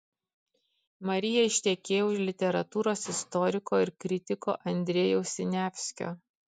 marija ištekėjo už literatūros istoriko ir kritiko andrejaus siniavskio